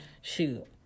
shoot